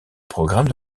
programmes